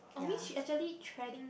oh means she actually treading